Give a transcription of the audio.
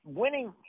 winning